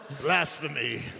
Blasphemy